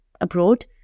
abroad